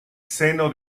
seno